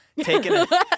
taking